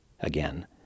again